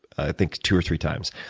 i think, two or three times.